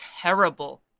terrible